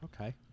Okay